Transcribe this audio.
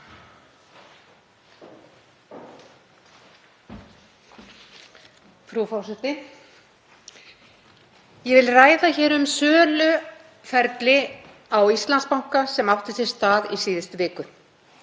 Frú forseti. Ég vil ræða hér um söluferli á Íslandsbanka sem átti sér stað í síðustu viku.